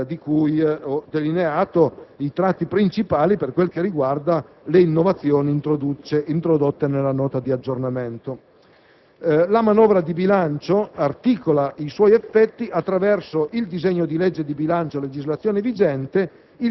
di cui ho delineato i tratti principali per quel che riguarda le innovazioni introdotte nella Nota stessa. La manovra di bilancio articola i suoi effetti attraverso il disegno di legge di bilancio a legislazione vigente,